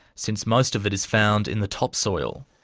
since most of it is found in the topsoil.